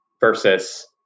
versus